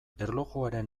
erlojuaren